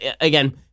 again